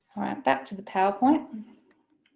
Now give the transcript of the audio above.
alright back to the powerpoint